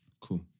Cool